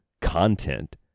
content